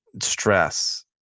stress